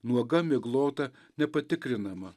nuoga miglota nepatikrinama